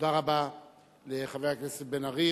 תודה רבה לחבר הכנסת בן-ארי.